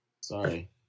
Sorry